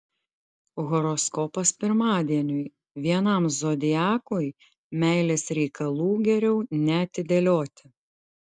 horoskopas pirmadieniui vienam zodiakui meilės reikalų geriau neatidėlioti